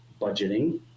budgeting